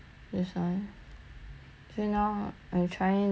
till now I'm trying like to find a lot of ways to like